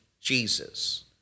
Jesus